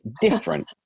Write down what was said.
different